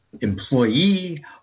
employee